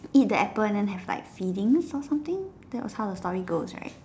eat the apple and then have like feelings or something that was how the story goes right